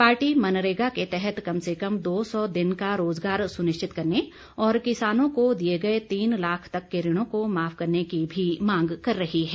party मरनेगा के तहत कम से कम दो सौ दिन का रोजगार सुनिश्चित करने और किसानों को दिए गए तीन लाख तक के ऋणों को माफ करने की भी मांग कर रही है